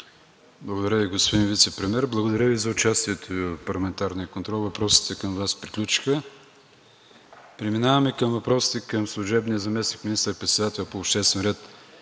Благодаря Ви, господин Вицепремиер. Благодаря Ви за участието в парламентарния контрол. Въпросите към Вас приключиха. Преминаваме към въпросите към служебния заместник министър-председател по обществен ред